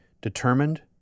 determined